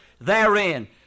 therein